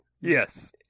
Yes